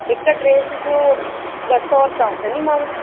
हिक ड्रेस जो ॿ सौ रुपया वठंदीमांव